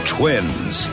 Twins